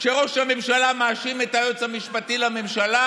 כשראש הממשלה מאשים את היועץ המשפטי לממשלה